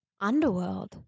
Underworld